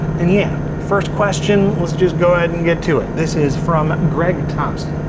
and yeah, first question, let's just go ahead and get to it. this is from greg thomson.